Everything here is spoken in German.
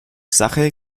sache